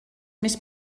més